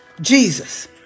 Jesus